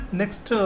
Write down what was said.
next